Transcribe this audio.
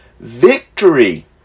victory